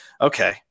okay